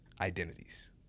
identities